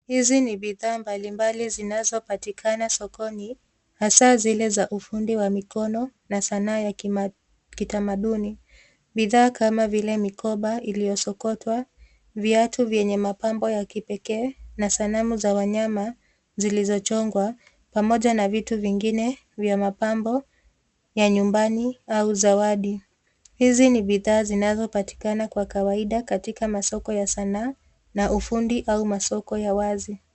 Hizi ni bidhaa mbalimbali zinazopatikana sokoni, hasa zile za ufundi wa mikono na sanaa ya kitamaduni. Bidhaa kama vile mikoba iliyosokotwa viatu vyenye mapambo ya kipekee na sanamu za wanyama zilizochongwa pamoja na vitu vingine vya mapambo ya nyumbani au zawadi. Hizi ni bidhaa zinazopatikana kwa kawaida katika masoko ya sanaa na ufundi au masoko ya wazi.